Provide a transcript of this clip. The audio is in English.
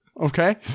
Okay